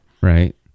Right